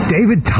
David